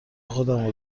خودمو